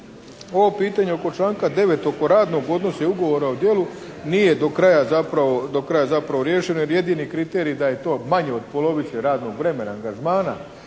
ovom pitanju oko članka 9. oko radnog odnosa i ugovora o djelu nije do kraja zapravo riješeno jer jedini kriteriji da je to manje od polovice od radnog vremena angažmana